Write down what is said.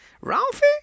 ralphie